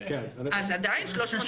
אז עדיין 300 מיליארד שקל.